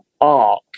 arc